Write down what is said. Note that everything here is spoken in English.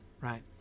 Right